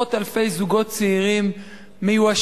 עשרות אלפי זוגות צעירים מיואשים,